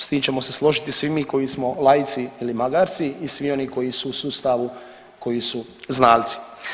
S tim ćemo se složiti svi mi koji smo laici ili magarci i svi oni koji su u sustavu koji su znalci.